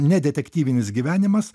ne detektyvinis gyvenimas